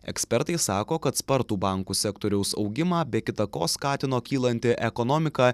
ekspertai sako kad spartų bankų sektoriaus augimą be kita ko skatino kylanti ekonomika